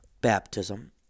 baptism